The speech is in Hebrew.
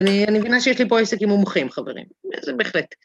אני... אני מבינה שיש לי פה עסקים עם מומחים, חברים, זה בהחלט.